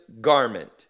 garment